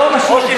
ברושי,